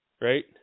Right